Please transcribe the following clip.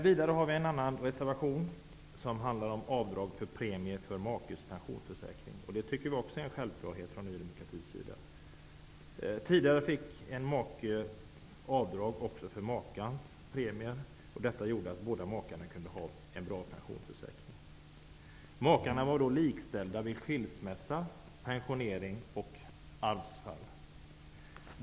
Sedan har vi en annan reservation, som handlar om avdrag för premier för makes pensionsförsäkring. Även detta är en självklarhet. Tidigare fick en make avdragsrätt också för makans premier, vilket gjorde att båda makarna kunde ha en bra pensionsförsäkring. Makarna var då likställda vid skilsmässa, pensionering och arvsfall.